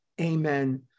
Amen